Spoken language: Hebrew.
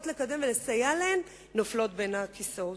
לקדם ולסייע להן נופלות בין הכיסאות.